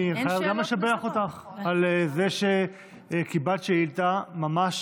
אני חייב גם לשבח אותך על זה שקיבלת שאילתה וממש